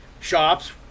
shops